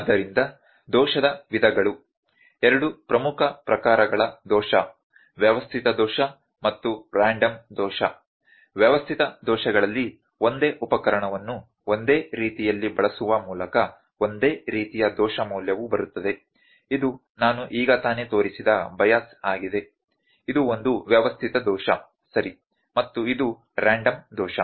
ಆದ್ದರಿಂದ ದೋಷದ ವಿಧಗಳು 2 ಪ್ರಮುಖ ಪ್ರಕಾರಗಳ ದೋಷ ವ್ಯವಸ್ಥಿತ ದೋಷ ಮತ್ತು ರ್ಯಾಂಡಮ್ ದೋಷ ವ್ಯವಸ್ಥಿತ ದೋಷಗಳಲ್ಲಿ ಒಂದೇ ಉಪಕರಣವನ್ನು ಒಂದೇ ರೀತಿಯಲ್ಲಿ ಬಳಸುವ ಮೂಲಕ ಒಂದೇ ರೀತಿಯ ದೋಷ ಮೌಲ್ಯವು ಬರುತ್ತದೆ ಇದು ನಾನು ಈಗ ತಾನೇ ತೋರಿಸಿದ ಬೈಯಸ್ ಆಗಿದೆ ಇದು ಒಂದು ವ್ಯವಸ್ಥಿತ ದೋಷ ಸರಿ ಮತ್ತು ಇದು ರ್ಯಾಂಡಮ್ ದೋಷ